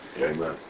Amen